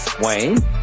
Wayne